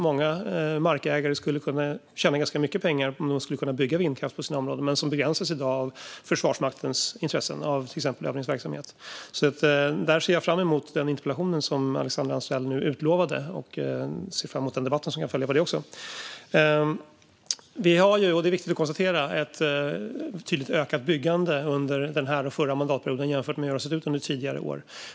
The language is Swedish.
Många markägare skulle tjäna ganska mycket pengar om vindkraftverk kunde byggas på deras områden, men detta begränsas i dag av Försvarsmaktens intressen när det gäller till exempel övningsverksamhet. Jag ser fram emot den interpellation som Alexandra Anstrell nu utlovade och den debatt som kan följa på den. Vi har, och det är viktigt att konstatera, ett tydligt ökat byggande under denna och den förra mandatperioden jämfört med hur det har sett ut under tidigare år.